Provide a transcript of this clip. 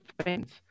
fans